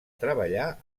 treballar